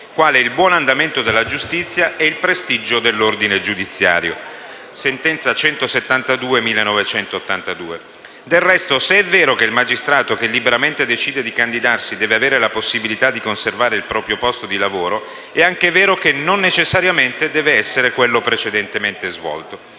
quali il buon andamento della giustizia e il prestigio dell'ordine giudiziario» (sentenza n. 172 del 1982). Del resto, se è vero che il magistrato che liberamente decide di candidarsi deve avere la possibilità di conservare il proprio posto di lavoro, è anche vero che non necessariamente deve essere quello precedentemente svolto.